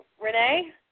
Renee